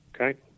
Okay